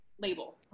label